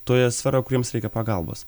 toje sferoj kur jiems reikia pagalbos